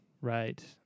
Right